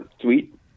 Sweet